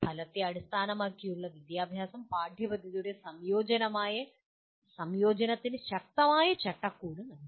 ഫലത്തെ അടിസ്ഥാനമാക്കിയുള്ള വിദ്യാഭ്യാസം പാഠ്യപദ്ധതിയുടെ സംയോജനത്തിന് ശക്തമായ "ചട്ടക്കൂട്" നൽകുന്നു